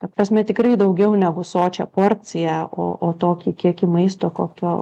ta prasme tikrai daugiau negu sočią porciją o o tokį kiekį maisto kokio